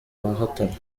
bahatana